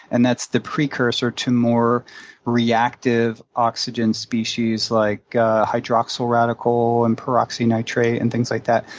and that's the precursor to more reactive oxygen species like hydroxyl radical and peroxynitrite and things like that.